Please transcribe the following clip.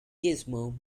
gizmo